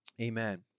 Amen